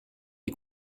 est